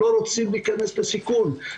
לא רוצים להיכנס לסיכון.